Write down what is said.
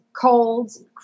colds